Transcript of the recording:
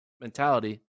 mentality